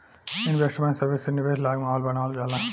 investment service से निवेश लायक माहौल बानावल जाला